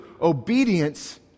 obedience